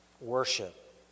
worship